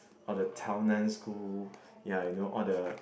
or the Tao-Nan-school ya you know all the